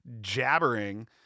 jabbering